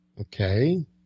Okay